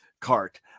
cart